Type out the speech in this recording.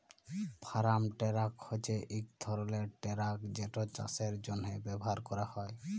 farm truck হছে ইক ধরলের টেরাক যেট চাষের জ্যনহে ব্যাভার ক্যরা হয়